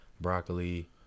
broccoli